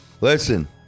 listen